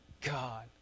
God